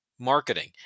marketing